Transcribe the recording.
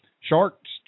Sharks